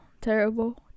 terrible